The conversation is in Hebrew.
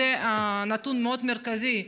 זה נתון מאוד מרכזי,